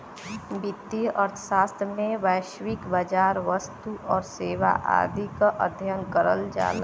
वित्तीय अर्थशास्त्र में वैश्विक बाजार, वस्तु आउर सेवा आदि क अध्ययन करल जाला